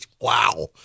Wow